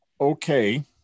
Okay